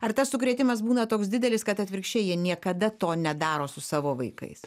ar tas sukrėtimas būna toks didelis kad atvirkščiai jie niekada to nedaro su savo vaikais